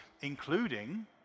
including